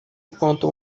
enquanto